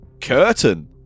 curtain